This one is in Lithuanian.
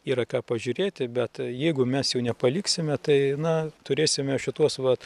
yra ką pažiūrėti bet jeigu mes jų nepaliksime tai na turėsime šituos vat